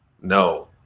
no